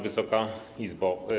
Wysoka Izbo!